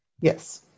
Yes